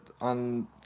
On